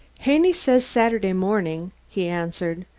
haney says saturday morning, he answered.